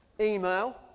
email